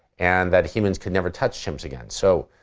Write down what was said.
and that humans could never touch chimps again. so,